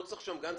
לא צריך שם גן,